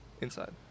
Inside